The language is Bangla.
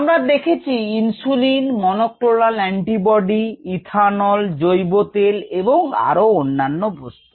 আমরা দেখেছি ইনসুলিন মনোক্লোনাল এন্টিবডি ইথানল জৈব তেল এবং আরো অন্যান্য বস্তু